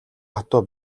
хатуу